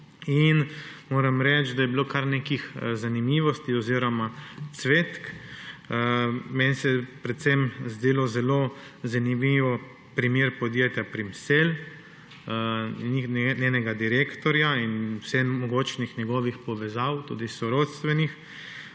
Moram reči, da je bilo kar nekaj zanimivosti oziroma cvetk. Meni se je predvsem zdel zelo zanimiv primer podjetja Primsell, njegovega direktorja in vsemogočnih njegovih povezav, tudi sorodstvenih.